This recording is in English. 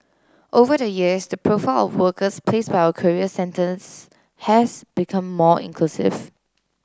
over the years the profile of workers placed by our career centres has become more inclusive